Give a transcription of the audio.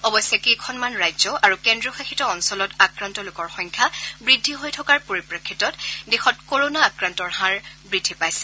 অৱশ্যে কেইখনমান ৰাজ্য আৰু কেন্দ্ৰীয় শাসিত অঞ্চলত আক্ৰান্ত লোকৰ সংখ্যা বৃদ্ধি হৈ থকাৰ পৰিপ্ৰেক্ষিতত দেশত ক'ৰ'না আক্ৰান্তৰ হাৰ বৃদ্ধি পাইছে